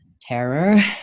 terror